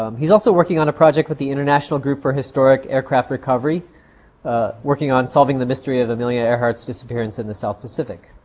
um he's also working on a project with the international group for historic aircraft recovery working on solving the mystery of amelia earhart's disappearance in the south pacific.